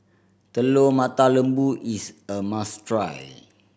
Telur Mata Lembu is a must try